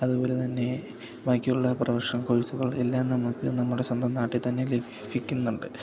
അതുപോലെ തന്നെ ബാക്കിയുള്ള പ്രൊഫഷണൽ കോഴ്സുകൾ എല്ലാം നമുക്ക് നമ്മുടെ സ്വന്തം നാട്ടില് തന്നെ ലഭിക്കുന്നുണ്ട്